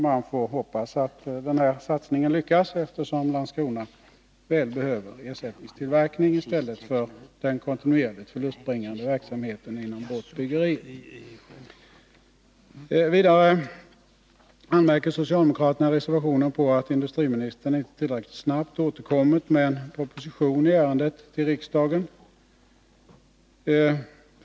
Man får hoppas att denna satsning lyckas, eftersom Landskrona så väl behöver ersättningstillverkning i stället för den kontinuerligt förlustbringande verksamheten inom båtbyggeriet. Vidare anmärker socialdemokraterna i sin reservation på att industrimi | (Ern ; 18 2 Handläggningen nistern inte tillräckligt snabbt återkommit i ärendet med en proposition till av vissa varvsriksdagen.